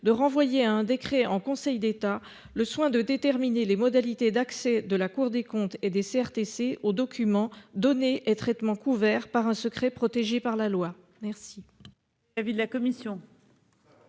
de renvoyer à un décret en Conseil d'État le soin de déterminer les modalités d'accès de la Cour des comptes et des CRTC aux documents donnés et traitements couverts par un secret protégé par la loi. Merci.